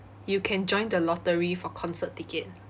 you can join the lottery for concert ticket